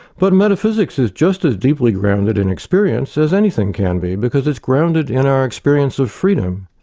but metaphysics is just as deeply grounded in experience as anything can be, because it's grounded in our experience of freedom,